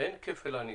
אין כפל ענישה.